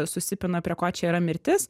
susipina prie ko čia yra mirtis